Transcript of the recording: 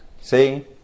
See